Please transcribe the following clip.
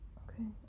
okay